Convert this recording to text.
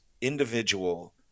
individual